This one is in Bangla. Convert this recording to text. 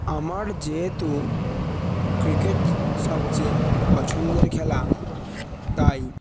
আমার যেহেতু ক্রিকেট সবচেয়ে পছন্দের খেলা তাই